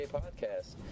podcast